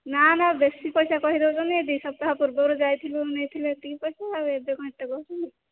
ନା ନା ବେଶୀ ପଇସା କହିଦେଉଛନ୍ତି ଏଇ ଦୁଇ ସପ୍ତାହ ପୂର୍ବରୁ ଯାଇଥିଲୁ ଆମେ ନେଇଥିଲେ ଏତିକି ପଇସା ଆଉ ଏବେ କ'ଣ ଏତେ କହୁଛନ୍ତି